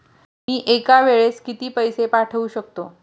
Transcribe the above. मी एका वेळेस किती पैसे पाठवू शकतो?